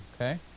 okay